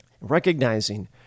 recognizing